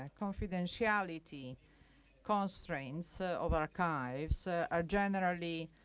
ah confidentiality constrains so of archives are generally